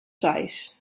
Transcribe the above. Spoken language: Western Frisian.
seis